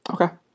Okay